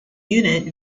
unit